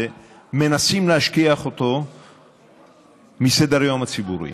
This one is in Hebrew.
ומנסים להשכיח אותו מסדר-היום הציבורי.